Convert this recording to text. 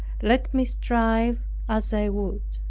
let me strive as i would.